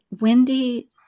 Wendy